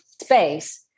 space